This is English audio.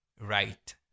right